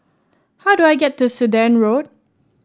how do I get to Sudan Road